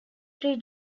three